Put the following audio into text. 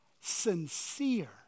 sincere